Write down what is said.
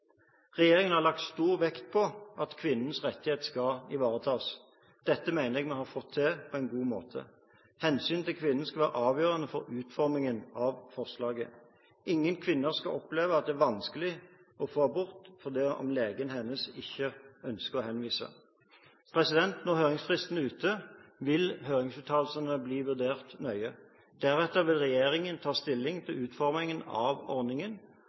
Regjeringen har lagt stor vekt på at kvinnenes rettigheter skal ivaretas. Dette mener jeg vi har fått til på en god måte. Hensynet til kvinnene skal være avgjørende for utformingen av forslaget. Ingen kvinner skal oppleve at det er vanskelig å få abort selv om legen hennes ikke ønsker å henvise. Når høringsfristen er ute, vil høringsuttalelsene bli vurdert nøye. Deretter vil regjeringen ta stilling til utformingen av ordningen,